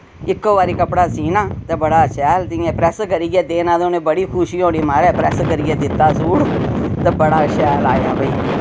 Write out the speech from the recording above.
इक्को बारी कपड़ा सीना ते बड़ा शैल जि'यां प्रैस्स करियै देना ते उ'नें बड़ी खुशी होनी माराज प्रैस करियै दित्ता सूट ते बड़ा शैल आया भाई